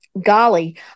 golly